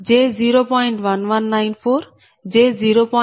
1194 j0